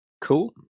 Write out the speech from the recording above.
Cool